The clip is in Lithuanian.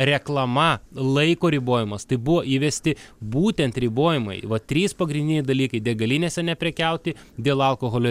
reklama laiko ribojimas tai buvo įvesti būtent ribojimai va trys pagrindiniai dalykai degalinėse neprekiauti dėl alkoholio